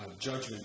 judgment